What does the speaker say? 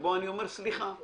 שבו אני אומר: סליחה,